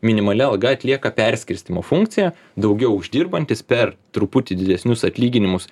minimali alga atlieka perskirstymo funkciją daugiau uždirbantys per truputį didesnius atlyginimus